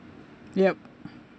ya